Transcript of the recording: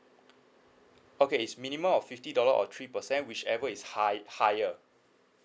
okay is minimum of fifty dollar or three percent whichever is high higher